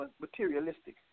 materialistic